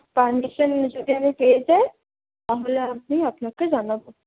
permission যদি আমি পেয়ে যাই তাহলে আমি আপনাকে জানাব